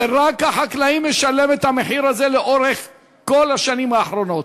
ורק החקלאי משלם את המחיר הזה לאורך כל השנים האחרונות.